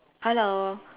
hello